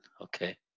okay